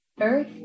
Earth